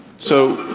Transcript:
so,